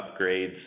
upgrades